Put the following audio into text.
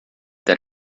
that